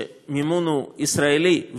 שהמימון הוא ישראלי,